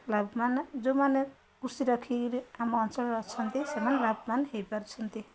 ଲାଭବାନ ଯେଉଁମାନେ ଖୁସି ରଖ ଆମ ଅଞ୍ଚଳରେ ଅଛନ୍ତି ସେମାନେ ଲାଭବାନ ହେଇପାରୁଛନ୍ତି